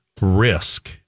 risk